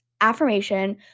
affirmation